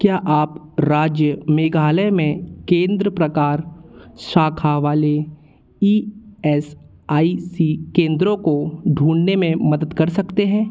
क्या आप राज्य मेघालय में केंद्र प्रकार शाखा वाले ई एस आई सी केंद्रों को ढूँढने में मदद कर सकते हैं